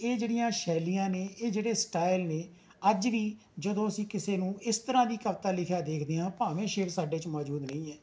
ਇਹ ਜਿਹੜੀਆਂ ਸ਼ੈਲੀਆਂ ਨੇ ਇਹ ਜਿਹੜੇ ਸਟਾਇਲ ਨੇ ਅੱਜ ਵੀ ਜਦੋਂ ਅਸੀਂ ਕਿਸੇ ਨੂੰ ਇਸ ਤਰ੍ਹਾਂ ਦੀ ਕਵਿਤਾ ਲਿਖਿਆ ਦੇਖਦੇ ਹਾਂ ਭਾਵੇਂ ਸ਼ਿਵ ਸਾਡੇ 'ਚ ਮੌਜੂਦ ਨਹੀਂ ਹੈ